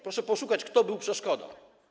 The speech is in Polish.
Proszę poszukać, kto był przeszkodą.